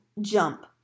jump